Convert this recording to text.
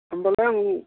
होमब्लालाय आं